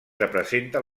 representa